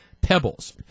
pebbles